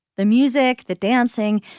the music, the dancing.